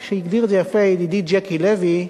כפי שהגדיר את זה יפה ידידי ג'קי לוי,